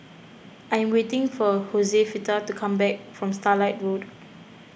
I am waiting for Josefita to come back from Starlight Road